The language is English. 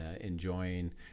enjoying